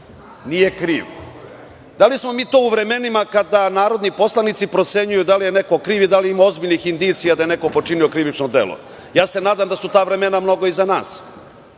nije kriv. Da li smo mi to u vremenima kada narodni poslanici procenjuju da li je neko kriv, da li ima ozbiljnih indicija da je neko počinio krivično delo. Nadam se da su ta vremena mnogo iza nas